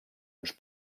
uns